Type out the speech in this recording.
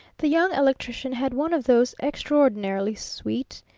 the young electrician had one of those extraordinarily sweet,